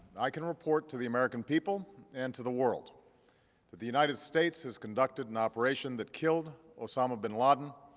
i can report to the american people and to the world that the united states has conducted an operation that killed osama bin laden,